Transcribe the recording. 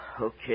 Okay